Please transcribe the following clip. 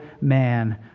man